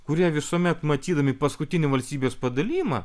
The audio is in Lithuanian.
kurie visuomet matydami paskutinį valstybės padalijimą